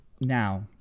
now